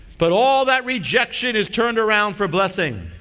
but all that rejection is turned around for blessing.